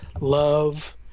love